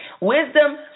Wisdom